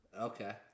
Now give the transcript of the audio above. Okay